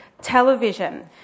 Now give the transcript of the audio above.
television